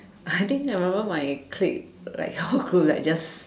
I think I remember my clique like whole group like just